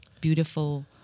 beautiful